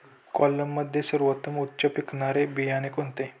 कोलममध्ये सर्वोत्तम उच्च पिकणारे बियाणे कोणते?